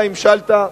אתה המשלת,